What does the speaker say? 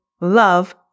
love